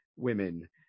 women